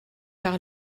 par